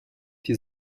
die